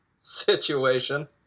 situation